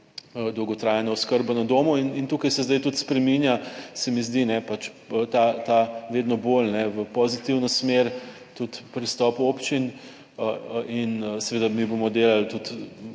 dolgotrajno oskrbo na domu in tukaj se zdaj tudi spreminja, se mi zdi, pač ta vedno bolj v pozitivno smer, tudi pristop občin in seveda, mi bomo delali tudi